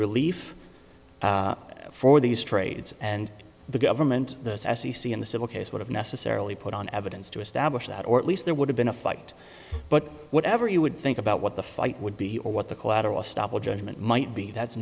relief for these trades and the government those as you see in the civil case would have necessarily put on evidence to establish that or at least there would have been a fight but whatever you would think about what the fight would be or what the collateral estoppel judgment might be that's